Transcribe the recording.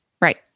Right